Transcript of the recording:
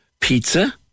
Pizza